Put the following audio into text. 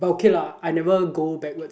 but okay lah I never go backwards